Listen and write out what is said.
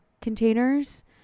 containers